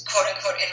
quote-unquote